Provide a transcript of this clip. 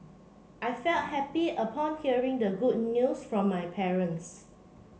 I felt happy upon hearing the good news from my parents